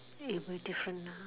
it be different lah